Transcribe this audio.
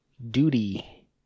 duty